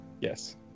Yes